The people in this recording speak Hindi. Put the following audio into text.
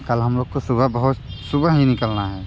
कल हम लोग को सुबह बहोस सुबह ही निकलना हैं